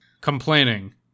Complaining